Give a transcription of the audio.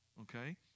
okay